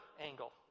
angle